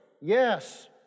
Yes